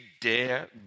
dare